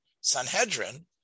Sanhedrin